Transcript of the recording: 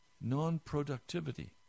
non-productivity